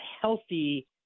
healthy